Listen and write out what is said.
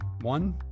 One